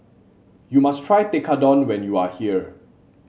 you must try Tekkadon when you are here